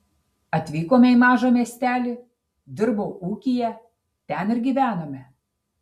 atvykome į mažą miestelį dirbau ūkyje ten ir gyvenome